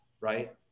Right